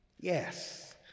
yes